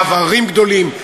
מעברים גדולים,